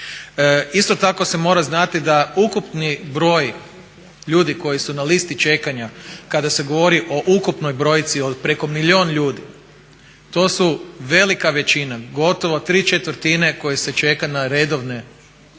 Isto tako se mora znati da ukupni broj ljudi koji su na listi čekanja kad se govori o ukupnoj brojci od preko milijun ljudi to su velika većina, gotovo tri četvrtine koje se čeka na redovne prve